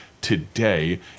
today